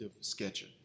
sketcher